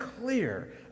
clear